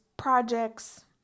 projects